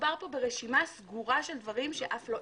מדובר פה ברשימה סגורה של דברים שאף אחד